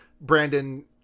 Brandon